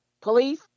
police